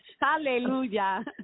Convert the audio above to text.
Hallelujah